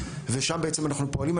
ושם בעצם אנחנו פועלים.